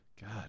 God